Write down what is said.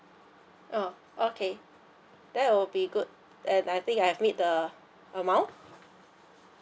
oh okay that will be good and I think I have meet the amount